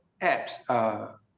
apps